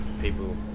people